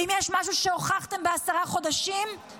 אם יש משהו שהוכחתם בעשרה חודשים, הוא